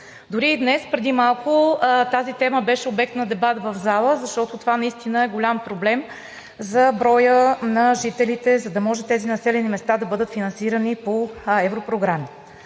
Дори и днес преди малко тази тема беше обект на дебат в залата, защото това наистина е голям проблем за броя на жителите, за да може тези населени места да бъдат финансирани по европрограми.